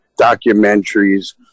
documentaries